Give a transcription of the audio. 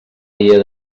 dia